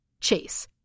Chase